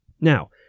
Now